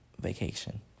vacation